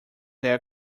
their